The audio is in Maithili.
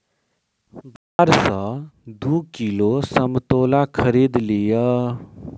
बाजार सॅ दू किलो संतोला खरीद लिअ